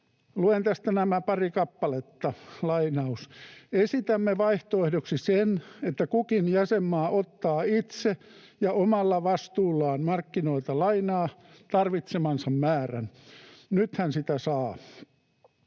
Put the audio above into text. Luen tästä nämä pari kappaletta: "Esitämme vaihtoehdoksi sen, että kukin jäsenmaa ottaa itse ja omalla vastuullaan markkinoilta lainaa tarvitsemansa määrän. Nythän sitä saa.